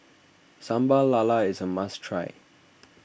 Sambal Lala is a must try